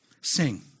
Sing